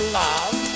love